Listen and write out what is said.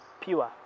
pure